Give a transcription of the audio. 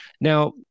now